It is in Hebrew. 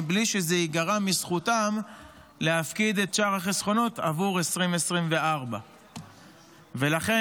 מבלי שזה ייגרע מזכותם להפקיד את שאר החסכונות עבור 2024. ולכן,